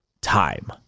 time